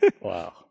Wow